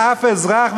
שאף אזרח,